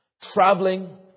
Traveling